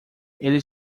ele